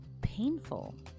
painful